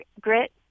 grit